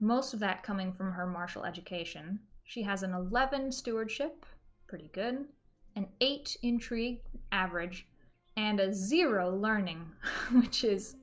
most of that coming from her marshall education she has an eleven stewardship pretty good an eight intrigue average and a zero learning which is